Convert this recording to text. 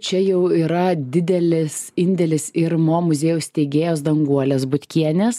čia jau yra didelis indėlis ir mo muziejaus steigėjos danguolės butkienės